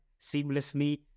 seamlessly